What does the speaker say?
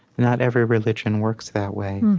not every religion works that way.